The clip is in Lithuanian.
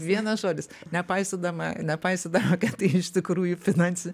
vienas žodis nepaisydama nepaisydama kad iš tikrųjų finansi